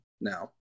Now